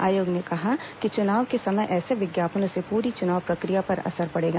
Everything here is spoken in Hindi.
आयोग ने कहा कि चुनाव के समय ऐसे विज्ञापनों से पूरी चुनाव प्रक्रिया पर असर पड़ेगा